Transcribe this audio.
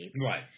right